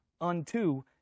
unto